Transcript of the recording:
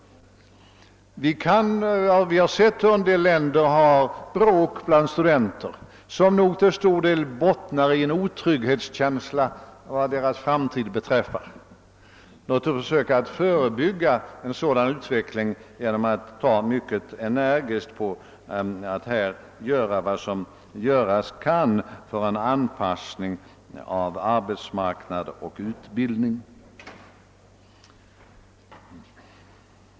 Vi har sett hur det i en del länder förekommer bråk bland studenterna, något som nog till stor del bottnar i en känsla av otrygghet för framtiden. Låt oss försöka förebygga en sådan utveckling genom att mycket energiskt göra vad som kan göras för en anpassning mellan arbetsmarknad och utbildning!